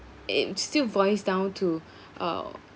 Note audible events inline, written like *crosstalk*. it still boils down to *breath* uh